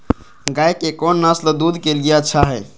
गाय के कौन नसल दूध के लिए अच्छा है?